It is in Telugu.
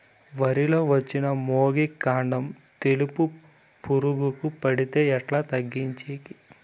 వరి లో వచ్చిన మొగి, కాండం తెలుసు పురుగుకు పడితే ఎట్లా తగ్గించేకి?